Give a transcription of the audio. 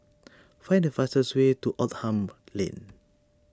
find the fastest way to Oldham Lane